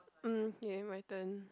um yay my turn